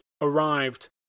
arrived